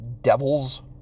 devils